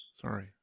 Sorry